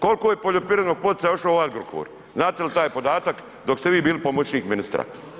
Koliko je poljoprivrednog poticaja otišlo u Agrokor, znate li taj podatak dok ste vi bili pomoćnik ministra?